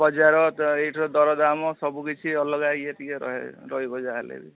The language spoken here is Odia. ବଜାର ଏଇଠିର ଦରଦାମ ସବୁକିଛି ଅଲଗା ଇଏ ଟିକେ ରହେ ରହିବ ଯାହା ହେଲେ ବି